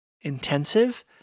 intensive